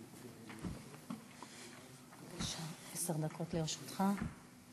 עשר דקות לרשותך.